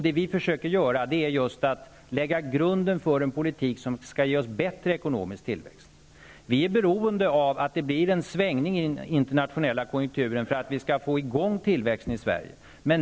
Det vi försöker göra är just att lägga grund för en politik som skall ge bättre ekonomisk tillväxt. Vi är beroende av att det blir en svängning i den internationella konjunkturen för att få i gång tillväxten i Sverige.